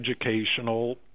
educational